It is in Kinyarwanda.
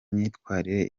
myitwarire